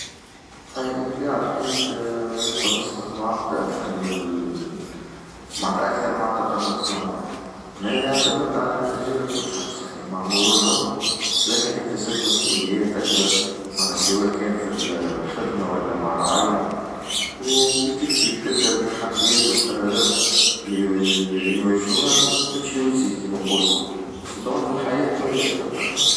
بالطبيعة الحياة يمكن تصبح معقدة أكثر من معنتها أكثر مع التقدم في العمر، أما هذا يعتمد على تجارب كل شخص يعني مع مرور الوقت الواحد يكتسب مسؤوليات أكبر سواء كان في الخدمة والا مع العائلة، وكيف كيف تبدأ التحديات و القرارات لنواجهوها تمشي وتزيد كيما نقولو، سدو للحياة تولي أكثر تعقيد.